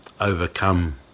overcome